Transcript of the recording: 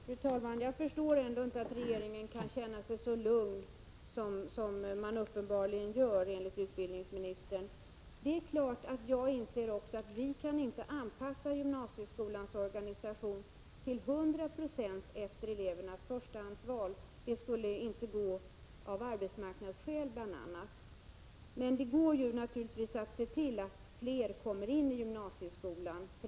Fru talman! Jag förstår ändå inte att regeringen kan känna sig så lugn som man enligt utbildningsministern gör. Det är klart att jag också inser att vi inte till 100 26 kan anpassa gymnasieskolans organisation till elevernas förstahandsval — det skulle inte gå, bl.a. av arbetsmarknadsskäl. Men det går naturligtvis att se till att fler kommer in i gymnasieskolan.